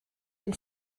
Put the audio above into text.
den